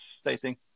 stating